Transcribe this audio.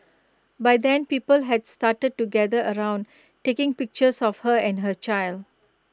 by then people had started to gather around taking pictures of her and her child